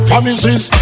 Promises